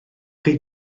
chi